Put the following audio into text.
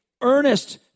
earnest